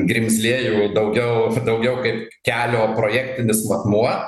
grimzlė daugiau daugiau kaip kelio projektinis akmuo